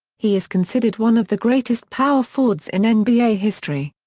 he is considered one of the greatest power forwards in nba history.